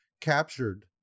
captured